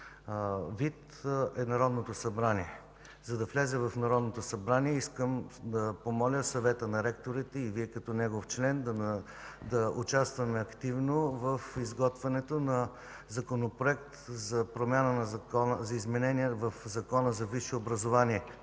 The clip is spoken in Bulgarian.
вид, е Народното събрание. За да влезе в Народното събрание, искам да помоля Съвета на ректорите и Вие като негов член да участваме активно в изготвянето на законопроект за изменение в Закона за висшето образование.